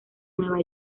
nueva